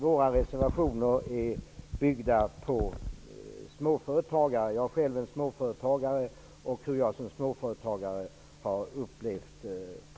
Våra reservationer utgår från småföretagarna -- jag är själv en småföretagare -- och hur problemen med LAS har upplevts.